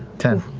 ten.